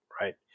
right